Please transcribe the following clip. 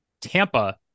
Tampa